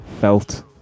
felt